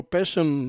Passion